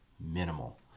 minimal